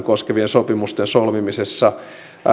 koskevien sopimusten solmimisessa